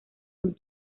con